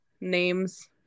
names